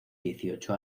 dieciocho